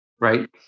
Right